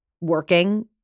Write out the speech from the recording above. working